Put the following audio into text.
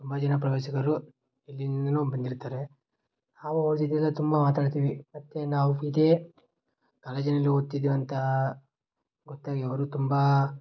ತುಂಬ ಜನ ಪ್ರವಾಸಿಗರು ಎಲ್ಲಿಂದಲೋ ಬಂದಿರ್ತಾರೆ ನಾವು ಅವ್ರ ಜೊತೆ ಎಲ್ಲ ತುಂಬ ಮಾತಾಡ್ತೀವಿ ಮತ್ತು ನಾವು ಇದೇ ಕಾಲೇಜಿನಲ್ಲಿ ಓದ್ತಿದ್ದೇವೆ ಅಂತಾ ಗೊತ್ತಾಗಿ ಅವರು ತುಂಬ